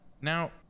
Now